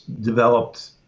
developed